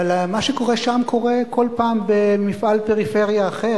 אבל מה שקורה שם קורה כל פעם במפעל פריפריה אחר.